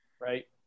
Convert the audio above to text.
right